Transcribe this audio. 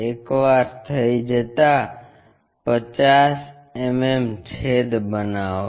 એકવાર થઇ જતાં 50 mm છેદ બનાવો